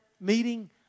meeting